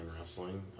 wrestling